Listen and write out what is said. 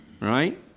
Right